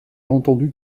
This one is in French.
entendu